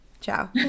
Ciao